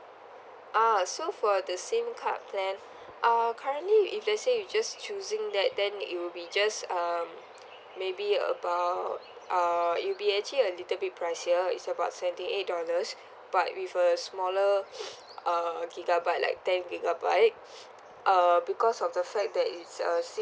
ah so for the SIM card plan uh currently if let's say you just choosing that then it will be just um maybe about uh it'll be actually a little bit pricier is about seventy eight dollars but with a smaller uh gigabyte like ten gigabyte uh because of the fact that it's a SIM